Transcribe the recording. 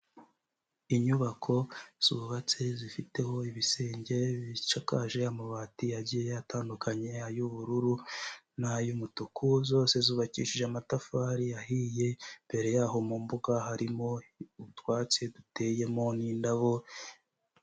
Inyubako zubatse zifiteho ibisenge bisakaje amabati agiye atandukany, ay'ubururu n'ay'umutuku, zose zubakishije amatafari ahiye, imbere yaho mu mbuga harimo utwatsi duteyemo n'indabo.